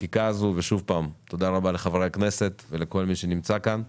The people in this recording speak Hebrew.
שוב, תודה רבה לחברי הכנסת ולכל מי שנמצא כאן.